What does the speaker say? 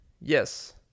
yes